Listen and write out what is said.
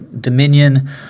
Dominion